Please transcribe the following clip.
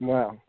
Wow